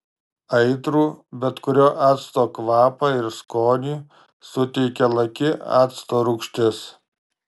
aitrų bet kurio acto kvapą ir skonį suteikia laki acto rūgštis